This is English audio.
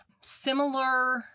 similar